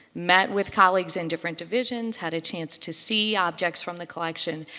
met with colleagues in different divisions, had a chance to see objects from the collection.